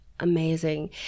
amazing